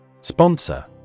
Sponsor